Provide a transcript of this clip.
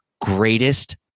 greatest